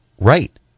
right